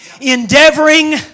Endeavoring